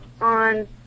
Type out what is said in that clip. on